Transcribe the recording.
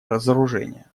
разоружения